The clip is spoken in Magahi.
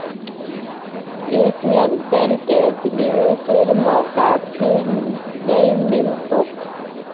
एशियन पेंटत निवेशेर मौका फिर नइ मिल तोक